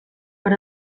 per